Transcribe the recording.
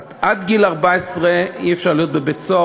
עד גיל 14 אי-אפשר להיות בבית-סוהר,